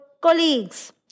colleagues